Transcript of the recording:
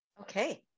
Okay